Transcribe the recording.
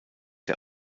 der